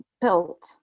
built